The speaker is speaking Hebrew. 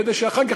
כדי שאחר כך,